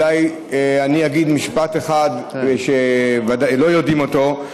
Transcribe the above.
אולי אני אגיד משפט אחד שלא יודעים אותו.